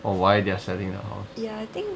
or why they are selling the house